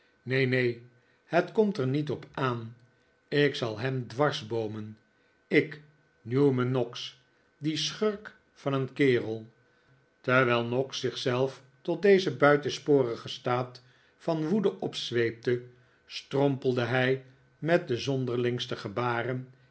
neen neen het komt er niet op aan ik zal hem dwarsboomen i k newman noggs die schurk van een kerel terwijl noggs zich zelf tot dezen buitensporigen staat van woede opzweepte strompelde hij met de zonderlingste gebaren